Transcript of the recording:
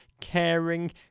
caring